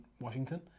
Washington